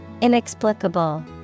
Inexplicable